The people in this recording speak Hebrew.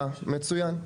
אה, מצוין.